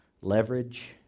leverage